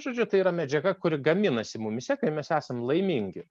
žodžiu tai yra medžiaga kuri gaminasi mumyse kai mes esam laimingi